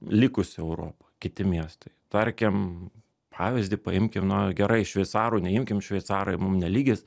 likusi europa kiti miestai tarkim pavyzdį paimkim na gerai šveicarų neimkim šveicarai mum nelygis